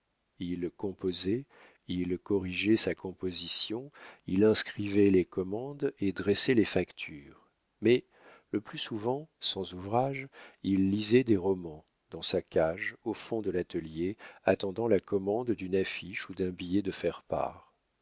il composait il corrigeait sa composition il inscrivait les commandes et dressait les factures mais le plus souvent sans ouvrage il lisait des romans dans sa cage au fond de l'atelier attendant la commande d'une affiche ou d'un billet de